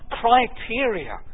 criteria